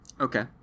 okay